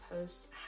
post